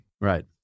Right